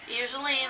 Usually